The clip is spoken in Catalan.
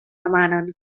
demanen